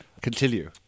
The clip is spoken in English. Continue